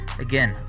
Again